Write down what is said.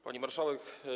Pani Marszałek!